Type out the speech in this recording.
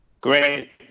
Great